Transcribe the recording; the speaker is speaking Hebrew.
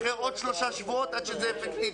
אחרי עוד שלושה שבועות עד שזה אפקטיבי.